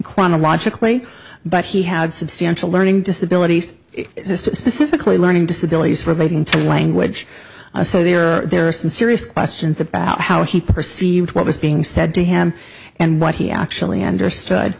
chronologically but he had substantial learning disabilities specifically learning disabilities relating to language so there are there are some serious questions about how he perceived what was being said to him and what he actually understood